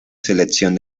selección